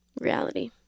reality